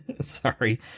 Sorry